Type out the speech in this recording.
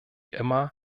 immer